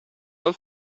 dal